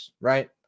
right